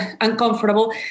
uncomfortable